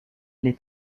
les